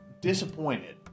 disappointed